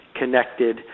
connected